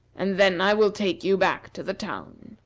and then i will take you back to the town.